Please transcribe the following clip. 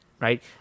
right